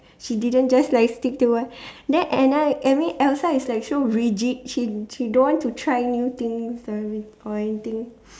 she didn't just like stick to one then Anna I mean Elsa is like so rigid she she don't want to try new things or anything